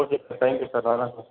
okay sir thank you sir வரேன் sir